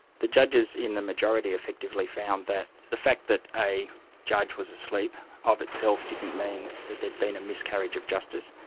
the judges in the majority effectively found that the fact that a judge was asleep of itself didn't mean that there'd been a miscarriage of justice,